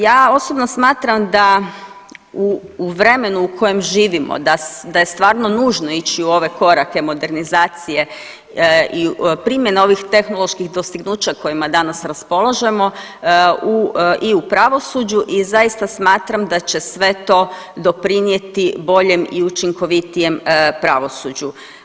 Ja osobno smatram da u vremenu u kojem živimo, da je stvarno nužno ići u ove korake modernizacije i primjene ovih tehnoloških dostignuća kojima danas raspolažemo i u pravosuđu i zaista smatram da će sve to doprinijeti boljem i učinkovitijem pravosuđu.